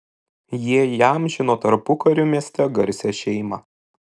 jie įamžino tarpukariu mieste garsią šeimą